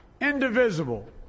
indivisible